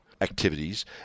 activities